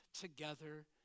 together